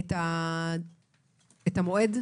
את המועד.